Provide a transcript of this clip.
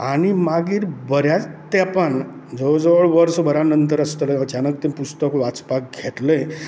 आनी मागीर बऱ्याच तेंपान जवळ जवळ वर्सभरा नंतर आसतलें अचानक तें पुस्तक वाचपाक घेतलें